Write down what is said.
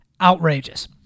Outrageous